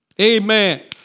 Amen